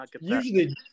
Usually